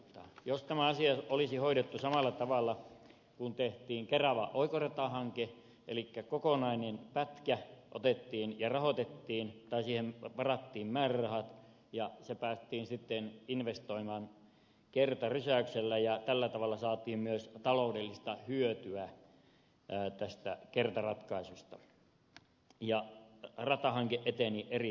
jos tämä asia olisi hoidettu samalla tavalla kuin silloin kun tehtiin kerava oikoratahanke elikkä kokonainen pätkä otettiin ja rahoitettiin tai siihen varattiin määrärahat ja se päästiin sitten investoimaan kertarysäyksellä ja tällä tavalla saatiin myös taloudellista hyötyä tästä kertaratkaisusta ja ratahanke eteni erittäin ripeästi